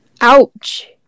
Ouch